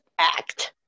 act